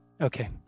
Okay